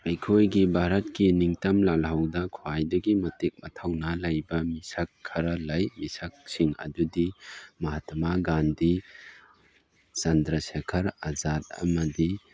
ꯑꯩꯈꯣꯏꯒꯤ ꯚꯥꯔꯠꯀꯤ ꯅꯤꯡꯇꯝ ꯂꯥꯜꯍꯧꯗ ꯈ꯭ꯋꯥꯏꯗꯒꯤ ꯃꯇꯤꯛ ꯃꯊꯧꯅꯥ ꯂꯩꯕ ꯃꯤꯁꯛ ꯈꯔ ꯂꯩ ꯃꯤꯁꯛꯁꯤꯡ ꯑꯗꯨꯗꯤ ꯃꯍꯥꯇꯃ ꯒꯥꯟꯙꯤ ꯆꯟꯗ꯭ꯔꯁꯦꯛꯈꯔ ꯑꯖꯥꯠ ꯑꯃꯗꯤ